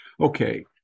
Okay